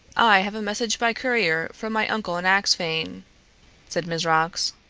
i have a message by courier from my uncle in axphain, said mizrox.